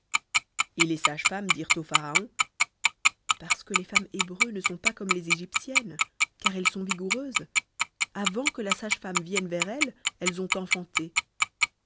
et les sages femmes dirent au pharaon parce que les femmes hébreues ne sont pas comme les égyptiennes car elles sont vigoureuses avant que la sage-femme vienne vers elles elles ont enfanté